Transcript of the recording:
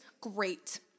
great